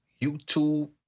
YouTube